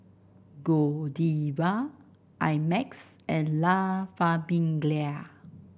Godiva I Max and La Famiglia